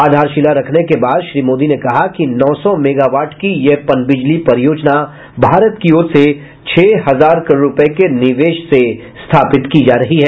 आधारशिला रखने के बाद श्री मोदी ने कहा कि नौ सौ मेगावाट की यह पनबिजली परियोजना भारत की ओर से छह हजार करोड़ रुपए के निवेश से स्थापित की जा रही है